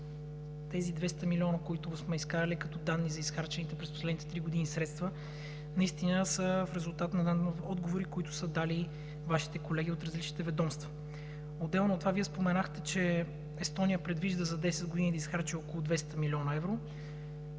Сто и двадесет! ДИМИТЪР ДАНЧЕВ: ...за изхарчените през последните три години средства, наистина са в резултат на отговори, които са дали Вашите колеги от различните ведомства. Отделно от това Вие споменахте, че Естония предвижда за 10 години да изхарчи около 200 млн. евро...